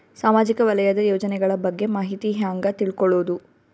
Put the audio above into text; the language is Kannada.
ಸಾಮಾಜಿಕ ವಲಯದ ಯೋಜನೆಗಳ ಬಗ್ಗೆ ಮಾಹಿತಿ ಹ್ಯಾಂಗ ತಿಳ್ಕೊಳ್ಳುದು?